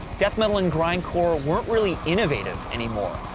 death metal and grindcore ah weren't really innovative anymore,